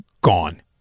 Gone